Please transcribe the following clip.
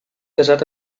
casat